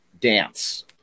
dance